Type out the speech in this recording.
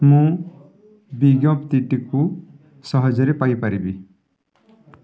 ମୁଁ ବିଜ୍ଞପ୍ତିଟିକୁ ସହଜରେ ପାଇପାରିବି